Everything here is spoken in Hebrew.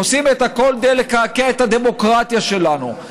עושים את הכול כדי לקעקע את הדמוקרטיה שלנו.